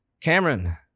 Cameron